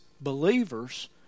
believers